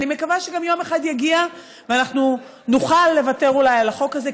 אני גם מקווה שיום אחד יגיע ואנחנו נוכל לוותר אולי על החוק הזה,